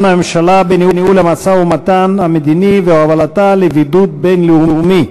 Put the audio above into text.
הממשלה בניהול המשא-ומתן המדיני והובלתה לבידוד בין-לאומי.